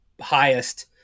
highest